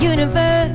Universe